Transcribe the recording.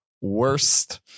worst